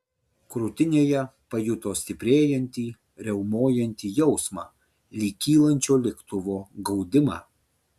krūtinėje pajuto stiprėjantį riaumojantį jausmą lyg kylančio lėktuvo gaudimą